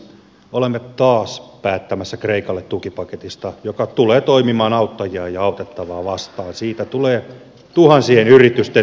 olemme taas päättämässä kreikalle tukipaketista joka tulee toimimaan auttajia ja autettavaa vastaan siitä tulee tuhansien yritysten tuhopaketti